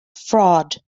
fraud